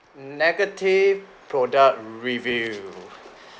negative product review